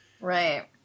Right